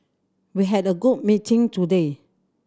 we had a good meeting today